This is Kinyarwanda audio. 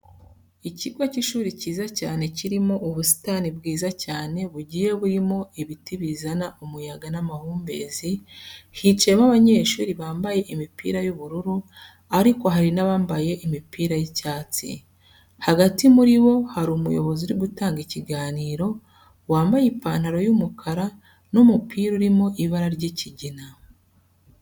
Ikigo cy'ishuri cyiza cyane kirimo ubusitani bwiza cyane bugiye burimo ibiti bizana umuyaga n'amahumbezi, hicayemo abanyeshuri bambaye imipira y'ubururu ariko hari n'abandi bambaye imipira y'icyatsi. Hagati muri bo hari umuyobozi uri gutanga ikiganiro wambaye ipantaro y'umukara n'umupira urimo ibara ry'ikigina.